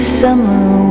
summer